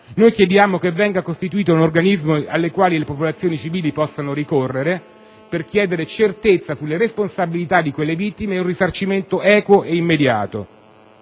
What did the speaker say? noi chiediamo che venga costituito un organismo al quale le popolazioni civili possano ricorrere per chiedere certezza sulle responsabilità di quelle vittime ed un risarcimento equo ed immediato.